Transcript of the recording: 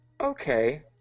Okay